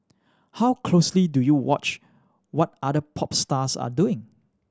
how closely do you watch what other pop stars are doing